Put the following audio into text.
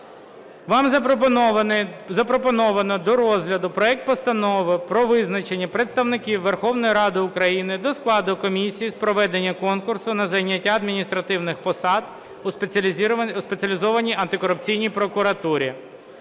Вам запропоновано до розгляду проект Постанови про визначення представників Верховної Ради України до складу комісії з проведення конкурсу на зайняття адміністративних посад у Спеціалізованій антикорупційній прокуратурі